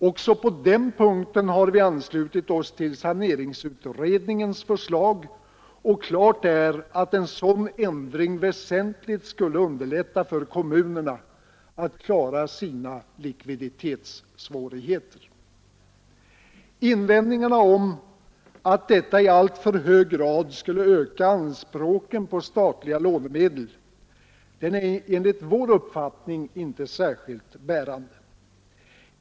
Också på den punkten har vi anslutit oss till saneringsutredningens förslag, och klart är att en sådan ändring väsentligt skulle underlätta för kommunerna att klara sina likviditetssvårigheter. Invändningarna att detta i alltför hög grad skulle öka anspråken på statliga lånemedel är enligt vår uppfattning inte särskilt bärande.